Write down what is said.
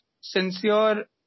sincere